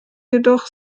jedoch